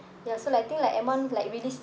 ya so like I think like M one like release